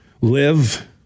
Live